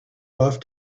off